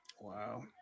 Wow